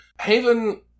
Haven